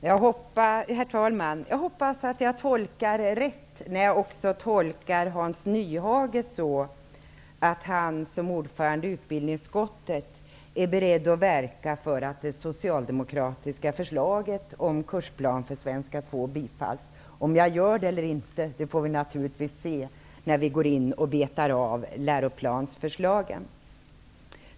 Herr talman! Jag hoppas att jag har rätt när jag tolkar Hans Nyhage så, att han som ordförande i utbildningsutskottet är beredd att verka för att det socialdemokratiska förslaget om kursplan för svenska 2 bifalls. Om jag har rätt eller inte får vi naturligtvis se när vi betar av läroplansförslagen.